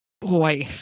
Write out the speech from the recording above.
boy